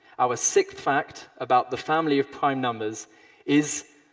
our sixth fact about the family of prime numbers is